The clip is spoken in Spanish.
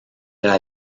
era